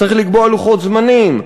צריך לקבוע לוחות זמנים.